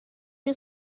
you